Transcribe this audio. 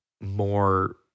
more